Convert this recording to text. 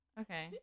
Okay